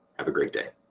have a great day.